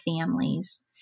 families